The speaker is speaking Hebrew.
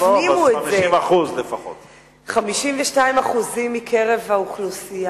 לא רוב, אבל לפחות 50%. 52% מקרב האוכלוסייה.